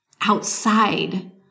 outside